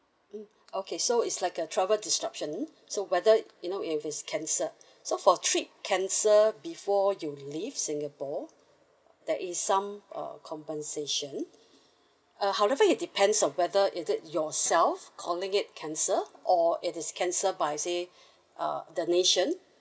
mm okay so it's like a travel disruption so whether you know if it's cancelled so for trip cancel before you leave singapore there is some uh compensation uh however it depends on whether is it yourself calling it cancel or it is cancelled by say uh the nation